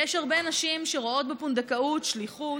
יש הרבה נשים שרואות בפונדקאות שליחות,